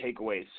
takeaways